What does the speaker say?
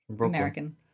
American